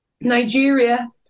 Nigeria